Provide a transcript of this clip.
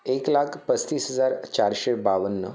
एक लाख पस्तीस हजार चारशे बावन्न